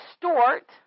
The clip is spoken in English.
distort